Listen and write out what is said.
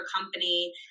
company